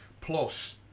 Plus